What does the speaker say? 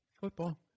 football